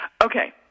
Okay